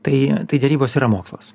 tai tai derybos yra mokslas